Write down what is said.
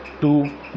two